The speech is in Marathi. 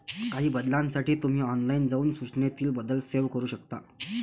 काही बदलांसाठी तुम्ही ऑनलाइन जाऊन सूचनेतील बदल सेव्ह करू शकता